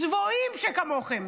צבועים שכמוכם,